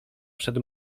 przed